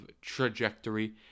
trajectory